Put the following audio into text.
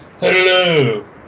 Hello